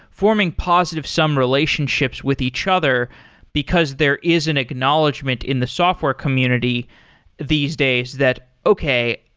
forming positive-sum relationships with each other because there is an acknowledgment in the software community these days that, okay.